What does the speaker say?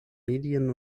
medien